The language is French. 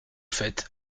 fait